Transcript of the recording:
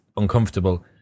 uncomfortable